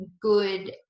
good